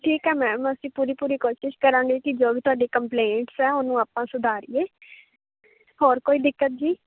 ਠੀਕ ਹੈ ਮੈਮ ਅਸੀਂ ਪੂਰੀ ਪੂਰੀ ਕੋਸ਼ਿਸ਼ ਕਰਾਂਗੇ ਕਿ ਜੋ ਵੀ ਤੁਹਾਡੀ ਕੰਪਲੇਟਸ ਹੈ ਉਹਨੂੰ ਆਪਾਂ ਸੁਧਾਰੀਏ ਹੋਰ ਕੋਈ ਦਿੱਕਤ ਜੀ